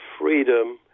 freedom